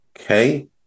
Okay